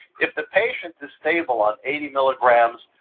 if the patient is stable on eighty milligrams,